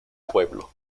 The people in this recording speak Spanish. pueblo